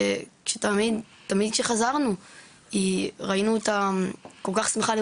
תמיד כשחזרנו ראיתי איך היא כל כך שמחה.